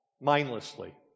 mindlessly